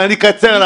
אני אקצר,